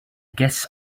guess